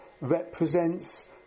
represents